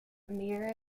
amira